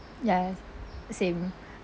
ya same